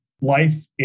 Life